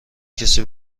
کسی